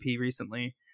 recently